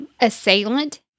assailant